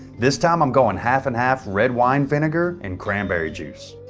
this time i'm going half and half red wine vinegar, and cranberry juice.